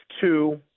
two –